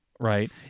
Right